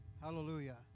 Hallelujah